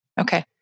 Okay